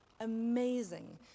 amazing